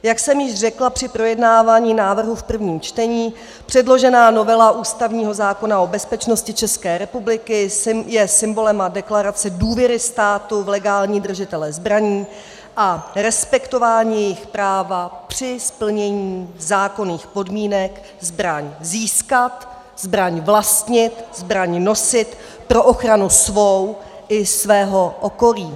Jak jsem již řekla při projednávání návrhu v prvním čtení, předložená novela ústavního zákona o bezpečnosti České republiky je symbolem a deklarací důvěry státu v legální držitele zbraní a respektování jejich práva při splnění zákonných podmínek zbraň získat, zbraň vlastnit, zbraň nosit pro ochranu svou i svého okolí.